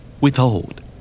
Withhold